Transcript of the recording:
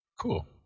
cool